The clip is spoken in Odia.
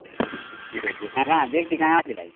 ଠିକ୍ ଅଛେ କାଣା କାଣା ବ୍ୟାଗ୍ଥି କାଣା ଥିଲା କି